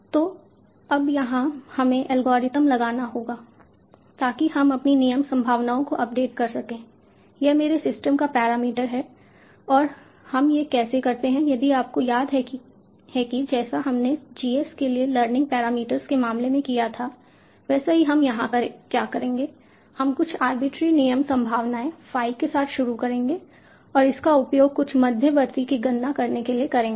तो अब यहां हमें एल्गोरिथ्म लगाना होगा संदर्भ समय 1004 ताकि हम अपनी नियम संभावनाओं को अपडेट कर सकें यह मेरे सिस्टम का पैरामीटर है और हम यह कैसे करते हैं यदि आपको याद है कि जैसा हमने G S के लिए लर्निंग पैरामीटर्स के मामले में किया था वैसा ही हम यहां क्या करेंगे हम कुछ आर्बिट्रेरी नियम संभावनाएं phi के साथ शुरू करेंगे और इसका उपयोग कुछ मध्यवर्ती की गणना करने के लिए करेंगे